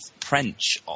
French